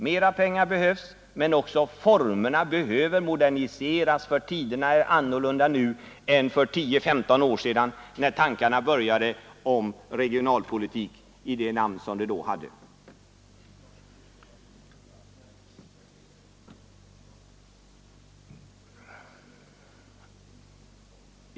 Mera pengar behövs, men formerna behöver också moderniseras, för tiderna är annorlunda nu än för 10—15 år sedan, när tankarna på regionalpolitik under det namn som då användes började föras fram.